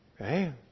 Okay